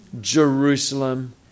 Jerusalem